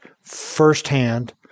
firsthand